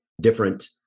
different